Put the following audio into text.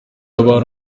abana